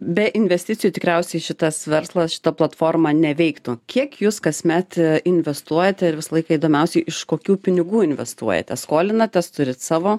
be investicijų tikriausiai šitas verslas šita platforma neveiktų kiek jūs kasmet investuojate ir visą laiką įdomiausiai iš kokių pinigų investuojate skolinatės turit savo